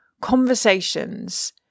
conversations